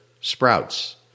sprouts